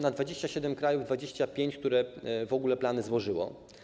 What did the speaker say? Na 27 krajów mamy 25 krajów, które w ogóle plany złożyło.